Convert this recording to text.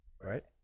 Right